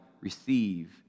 receive